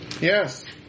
Yes